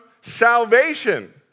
salvation